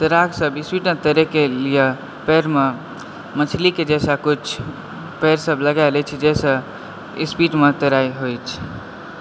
तैराक सब स्पीड मे तैरय के लिए मछली के जैसा किछु पैर सबमे लगा लै छै किछु जाहिसॅं स्पीड मे तैराइ होइत अछि